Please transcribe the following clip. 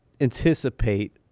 anticipate